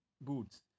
boots